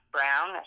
Brown